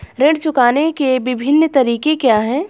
ऋण चुकाने के विभिन्न तरीके क्या हैं?